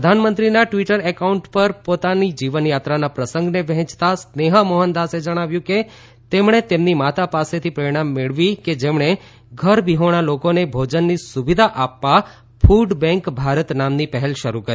પ્રધાનમંત્રીના Twitter account પર પોતાની જીવનયાત્રાના પ્રસંગને વહેંચતા સ્નેહા મોહનદાસે જણાવ્યું કે તેમણે તેમની માતાથી પ્રેરણા મેળવી કે જેમણે ઘરબિહોણા લોકોને ભોજનની સુવિધા આપવા ક્રડ બેંક ભારત નામની પહેલ શરૂ કરી